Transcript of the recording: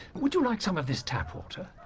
would you like some of this tap water?